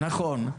נכון.